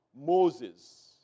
Moses